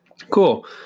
cool